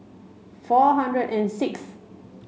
four hundred and six